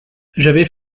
j’avais